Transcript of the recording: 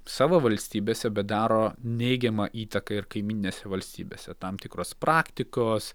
savo valstybėse bet daro neigiamą įtaką ir kaimyninėse valstybėse tam tikros praktikos